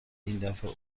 ایندفعه